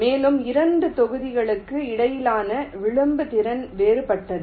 மேலும் 2 தொகுதிகளுக்கு இடையிலான விளிம்பு திறன் வேறுபட்டது